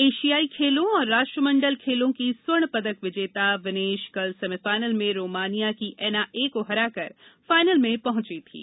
एशियाई खेलों और राष्ट्रमंडल खेलों के स्वर्ण पदक विजेता विनेश कल सेमीफाइनल में रोमानिया की एना ए को हराकर फाइनल में पहुंची थीं